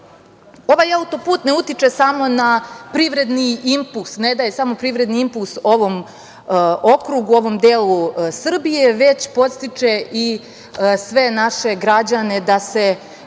autoput ne utiče samo na privredni impuls, ne daje samo privredni impuls ovom okrugu, ovom delu Srbije, već podstiče i sve naše građane da razmisle